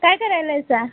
काय करायलायसा